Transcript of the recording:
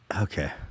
okay